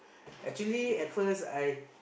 actually at first I